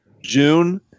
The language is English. June